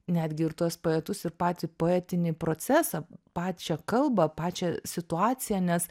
netgi ir tuos poetus ir patį poetinį procesą pačią kalbą pačią situaciją nes